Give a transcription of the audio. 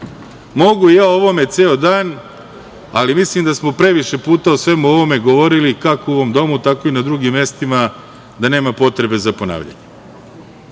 Mogu ja o ovome ceo dan, ali mislim da smo previše puta o svemu ovome govorili kako u ovom domu, tako i na drugim mestima, da nema potrebe za ponavljanjem. Ono